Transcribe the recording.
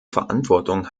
verantwortung